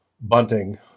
Bunting